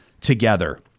together